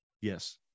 Yes